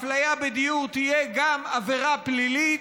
אפליה בדיור תהיה גם עבירה פלילית,